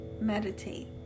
meditate